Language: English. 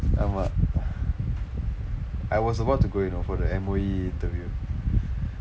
ஆமாம்:aamaam I was about to go you know for the M_O_E interview